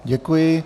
Děkuji.